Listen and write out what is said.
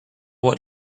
what